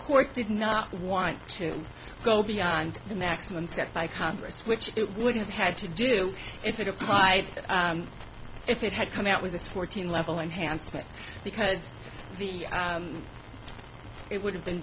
court did not want to go beyond the maximum set by congress which it would have had to do if it applied if it had come out with this fourteen level enhancement because the it would have been